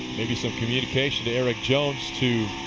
maybe some communication to erik jones to